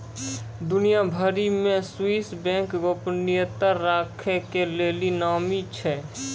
दुनिया भरि मे स्वीश बैंक गोपनीयता राखै के लेली नामी छै